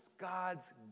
God's